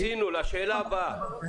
תודה.